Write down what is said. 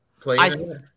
playing